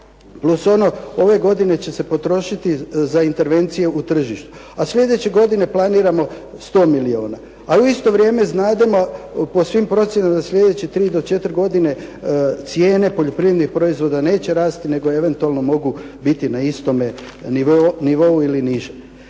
plus ono, ove godine će se potrošiti za intervencije u tržištu, a sljedeće godine planiramo 100 milijuna, a u isto vrijeme znademo po svim procjenama da sljedećih tri do četiri godine cijene poljoprivrednih proizvoda neće rasti nego eventualno mogu biti na istome nivou ili niže.